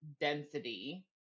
density